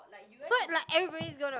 so like everybody's gonna